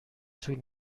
طول